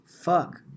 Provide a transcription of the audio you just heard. Fuck